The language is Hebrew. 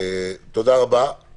תודה רבה.